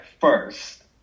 First